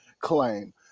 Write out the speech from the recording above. claim